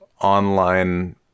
online